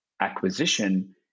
acquisition